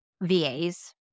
VAs